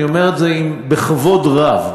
אני אומר את זה בכבוד רב,